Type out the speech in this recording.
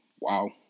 Wow